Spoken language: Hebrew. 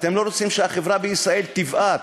אתם לא רוצים שהחברה בישראל תבעט.